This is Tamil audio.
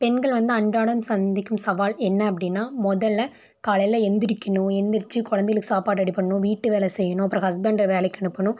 பெண்கள் வந்து அன்றாடம் சந்திக்கும் சவால் என்ன அப்படினா மொதல்ல காலையில் எழுந்திரிக்கணும் எழுந்திரிச்சி குழந்தைகளுக்கு சாப்பாடு ரெடி பண்ணணும் வீட்டு வேலை செய்யணும் அப்றம் ஹஸ்பண்டை வேலைக்கு அனுப்பணும்